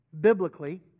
biblically